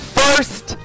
first